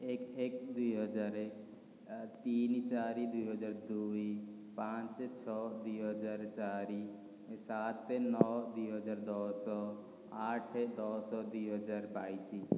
ଏକ ଏକ ଦୁଇ ହଜାର ତିନି ଚାରି ଦୁଇ ହଜାର ଦୁଇ ପାଞ୍ଚ ଛଅ ଦୁଇ ହଜାର ଚାରି ସାତ ନଅ ଦୁଇ ହଜାର ଦଶ ଆଠ ଦଶ ଦୁଇ ହଜାର ବାଇଶ